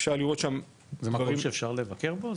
אפשר לראות שם --- זה מקום שאפשר לבקר בו?